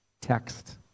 text